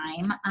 time